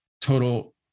total